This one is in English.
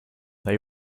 they